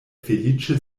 feliĉe